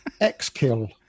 xKill